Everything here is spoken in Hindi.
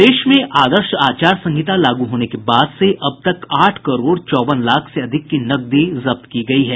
प्रदेश में आदर्श आचार संहिता लागू होने के बाद से अब तक आठ करोड़ चौवन लाख से अधिक की नकदी जब्त की गयी है